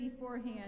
beforehand